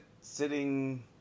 sitting